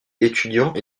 étudiant